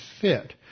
fit